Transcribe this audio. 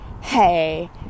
Hey